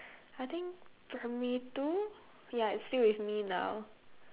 I think primary two ya it's still with me now